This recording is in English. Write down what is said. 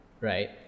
right